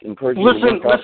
Listen